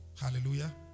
Hallelujah